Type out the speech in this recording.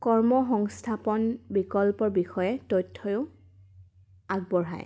কৰ্ম সংস্থাপন বিকল্পৰ বিষয়ে তথ্যও আগবঢ়ায়